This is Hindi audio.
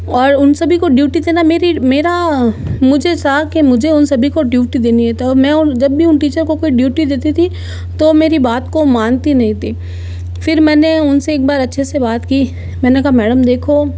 और उन सभी को ड्यूटी देना मेरी मेरा मुझे सा के मुझे उन सभी को ड्यूटी देनी है तो मैं जब भी उन टीचर को कोई ड्यूटी देती थी तो मेरी बात को मानती नहीं थी फिर मैंने उनसे एक बार अच्छे से बात की मैंने कहा मैडम देखो